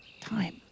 time